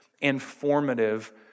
informative